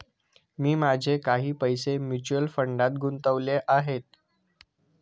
मी माझे काही पैसे म्युच्युअल फंडात गुंतवले आहेत